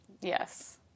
Yes